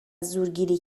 زورگیری